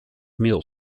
middle